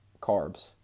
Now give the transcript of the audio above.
carbs